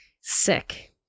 Sick